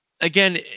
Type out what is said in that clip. again